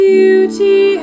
Beauty